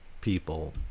people